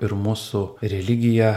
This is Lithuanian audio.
ir mūsų religija